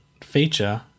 feature